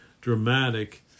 dramatic